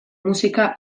musika